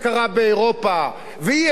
ואי-אפשר להגיד שזה תקציב הביטחון,